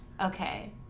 Okay